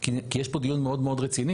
כי יש פה דיון מאוד מאוד רציני.